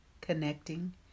connecting